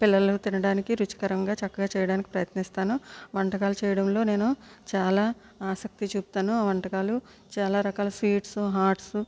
పిల్లలు తినడానికి రుచికరంగా చక్కగా చేయడానికి ప్రయత్నిస్తాను వంటకాలు చేయడంలో నేను చాలా ఆసక్తి చూపుతాను వంటకాలు చాలా రకాల స్వీట్స్ హాట్స్